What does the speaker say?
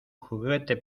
juguete